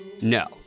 No